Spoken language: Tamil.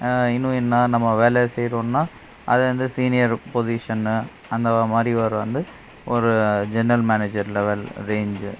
இன்னும் நான் நம்ம வேலை செய்கிறோன்னா அது வந்து சீனியர் பொசிஷன்னு அந்த மாதிரி ஒரு வந்து ஒரு ஜெனரல் மேனேஜர் லெவல் ரேஞ்ச்